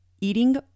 eating